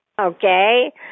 Okay